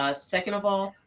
ah second of all,